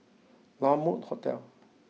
La Mode Hotel